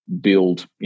build